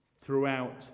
throughout